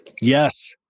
yes